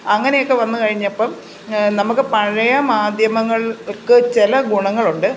അങ്ങനെയൊക്കെ വന്ന് കഴിഞ്ഞപ്പം നമുക്ക് പഴയ മാധ്യമങ്ങൾക്ക് ചില ഗുണങ്ങളുണ്ട്